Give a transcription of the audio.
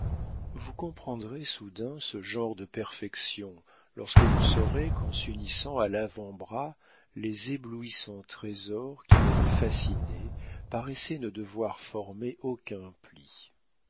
vous comprendrez soudain ce genre de perfection lorsque vous saurez qu'en s'unissant à l'avant-bras les éblouissants trésors qui m'avaient fasciné paraissaient ne devoir former aucun pli